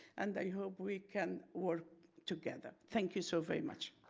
and i hope we can work together thank you so very much.